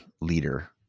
leader